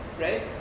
right